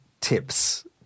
tips